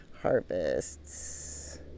Harvests